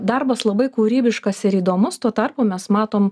darbas labai kūrybiškas ir įdomus tuo tarpu mes matom